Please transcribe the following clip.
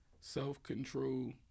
self-control